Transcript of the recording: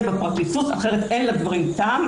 ובפרקליטות, אחרת אין לדברים טעם.